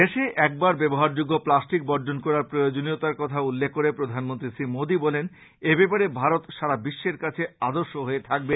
দেশের একবার ব্যবহারযোগ্য প্লাস্টিক বর্জন করার প্রয়োজনীয়তার কথা উল্লেখ করে শ্রী মোদী বলেন এব্যাপারে ভারত সারা বিশ্বের কাছে আদর্শ হয়ে থাকবে